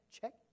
check